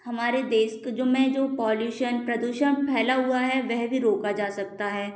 हमारे देश के जो में जो पॉल्यूशन प्रदूषण फैला हुआ है वह भी रोका जा सकता है